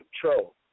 control